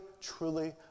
truly